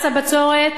מס הבצורת,